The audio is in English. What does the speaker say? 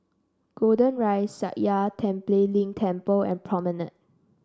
Golden Rise Sakya Tenphel Ling Temple and Promenade